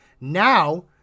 Now